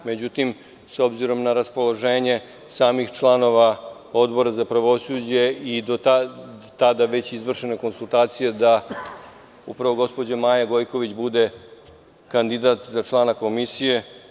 Međutim, s obzirom na raspoloženje samih članova Odbora za pravosuđe i do tada je već izvršena konsultacija da upravo gospođa Maja Gojković bude kandidat za člana komisije.